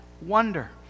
wonder